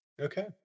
Okay